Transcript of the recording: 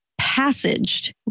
passaged